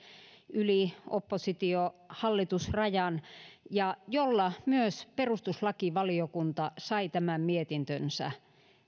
yli oppositio hallitus rajan ja jolla myös perustuslakivaliokunta sai tämän mietintönsä